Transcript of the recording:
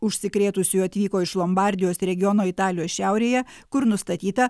užsikrėtusiųjų atvyko iš lombardijos regiono italijos šiaurėje kur nustatyta